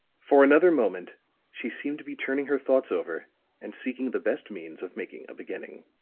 for another moment she seemed to be turning her thoughts over and seeking the best means of making a beginning.